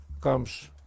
comes